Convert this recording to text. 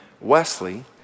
Wesley